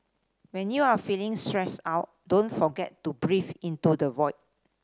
when you are feeling stressed out don't forget to breathe into the void